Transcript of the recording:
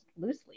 loosely